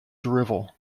drivel